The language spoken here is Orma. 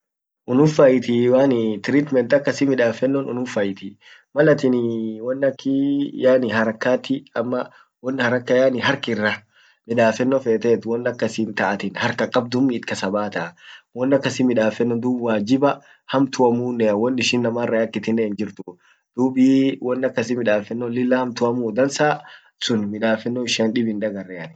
anin malanin pochi innama lafa fud pochi sun innamaat dabbe mallan lafa fud pochi sun wondursa taan itee ili ani abba pochi sunni hubbeno borbad wondursa pochi sun bukisaa, bukisse rawode abbaaa yaani pochi suni borbadaa, maka ak adiafa ilale bukise ama any yaani won barua tayoyote pengine maka issa qabd tan borbade malan maka kan hubedeet dubatan malkan yaani abba sunin borbadaa ,akin bare miskitiafa ,kanisafa ama bare viongozi yoyotetkane borbadin hedanii.